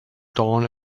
dawn